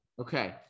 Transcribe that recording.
Okay